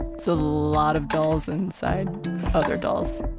so lot of dolls inside other dolls